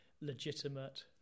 legitimate